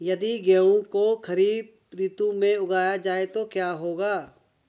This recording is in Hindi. यदि गेहूँ को खरीफ ऋतु में उगाया जाए तो क्या होगा?